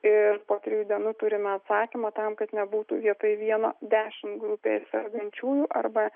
ir po trijų dienų turime atsakymą tam kad nebūtų vietoj vieno dešimt grupėje sergančiųjų arba